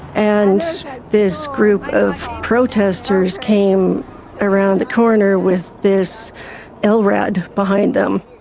and this group of protesters came around the corner with this lrad behind them.